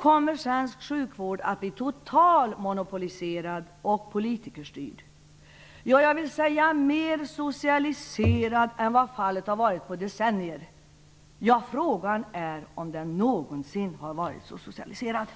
kommer svensk sjukvård att bli totalmonopoliserad och politikerstyrd, mer socialiserad än på decennier. Frågan är om den någonsin har varit så socialiserad.